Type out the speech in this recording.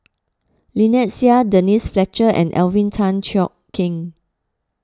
Lynnette Seah Denise Fletcher and Alvin Tan Cheong Kheng